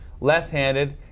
left-handed